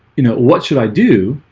you know, what should i do?